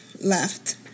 left